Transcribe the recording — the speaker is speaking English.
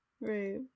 right